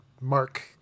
mark